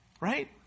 Right